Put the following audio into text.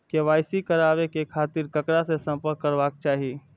KYC कराबे के खातिर ककरा से संपर्क करबाक चाही?